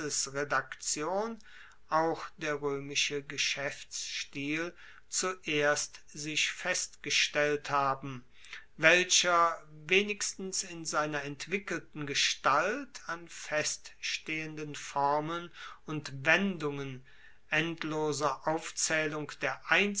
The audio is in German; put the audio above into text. gesetzesredaktion auch der roemische geschaeftsstil zuerst sich festgestellt haben welcher wenigstens in seiner entwickelten gestalt an feststehenden formeln und wendungen endloser aufzaehlung der